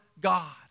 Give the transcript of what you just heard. God